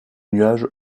nuage